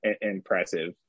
impressive